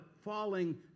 falling